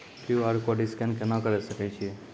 QR code scan केना करै सकय छियै?